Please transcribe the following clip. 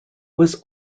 was